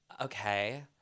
Okay